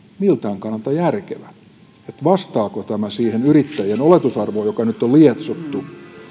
miltään kannalta järkevä että vastaako tämä siihen yrittäjien oletusarvoon joka nyt on lietsottu